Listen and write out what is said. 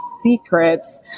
secrets